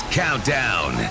countdown